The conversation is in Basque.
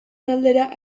aldera